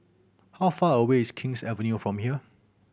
how far away is King's Avenue from here